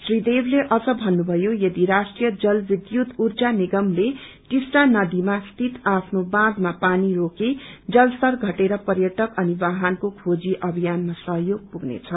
श्री देवले अझ भन्नुभ्नयो कि यदि राष्ट्रिय जलविधुत ऊर्जा निगमले टिस्टा नदीमा स्थित आफ्नो बाँधामा पानी रोके जलस्तर घटेर पर्यटक वाहनको खेजी अभियानमा सहयोग पुग्नेछ